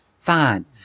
Fine